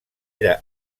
era